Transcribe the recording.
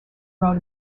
rode